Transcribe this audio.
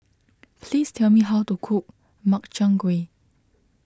please tell me how to cook Makchang Gui